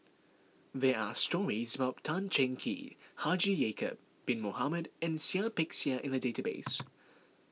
there are stories about Tan Cheng Kee Haji Ya'Acob Bin Mohamed and Seah Peck Seah in the database